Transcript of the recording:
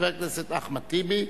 חבר הכנסת אחמד טיבי,